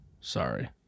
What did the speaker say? sorry